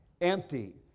empty